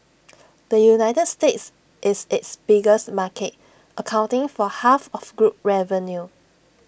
the united states is its biggest market accounting for half of group revenue